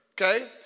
Okay